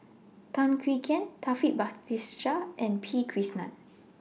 Tan Swie Hian Taufik Batisah and P Krishnan